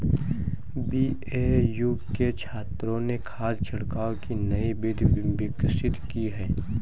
BAU के छात्रों ने खाद छिड़काव की नई विधि विकसित की है